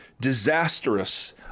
disastrous